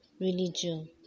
religion